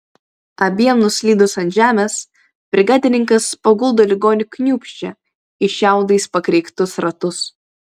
abiem nuslydus ant žemės brigadininkas paguldo ligonį kniūbsčią į šiaudais pakreiktus ratus